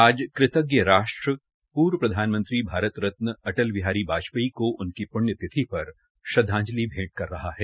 आज कृतज्ञ राष्ट्र पूर्व प्रधानमंत्री भारत रत्न अटल बिहारी वाजपेयी को उनकी प्ण्यतिथि पर श्रद्वांजलि भैंट कर रहा है